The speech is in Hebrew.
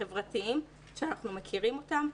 שאנחנו מכירים אותו.